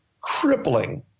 crippling